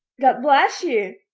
god bless you!